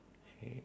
okay